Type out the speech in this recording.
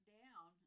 down